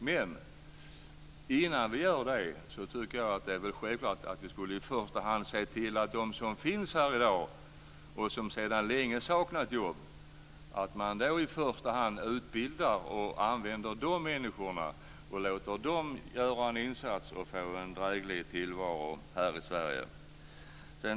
Men innan vi gör det tycker jag att det är självklart att vi första hand ska se till att utbilda och låta de människor som finns här i dag och som sedan länge saknar jobb göra en insats och få en dräglig tillvaro här i Sverige.